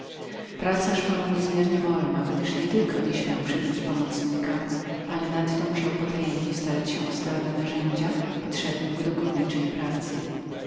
praca szła mu niezmiernie wolno gdyż nie tylko że nieśmiał przybrać pomocnika ale nadto musiał potajemnie starać się o stalowe narzędzie potrzebne mu do jego górniczej pracy